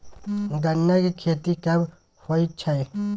गन्ना की खेती कब होय छै?